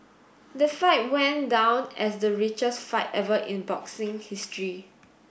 that fight went down as the richest fight ever in boxing history